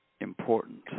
important